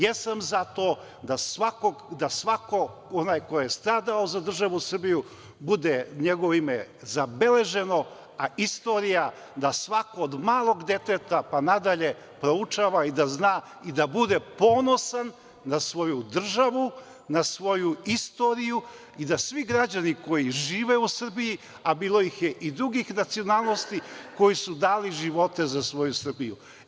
Jesam za to da svako ko je onaj stradao za državu Srbiju bude njegovo ime zabeleženo, a istorija da svako, od malog deteta da proučava i da zna, i da bude ponosan na svoju državu, na svoju istoriju i da svi građani koji žive u Srbiji, a bilo ih je i drugih nacionalnosti koji su dali živote za Srbiju.